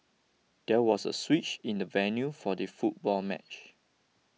there was a switch in the venue for the football match